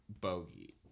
bogey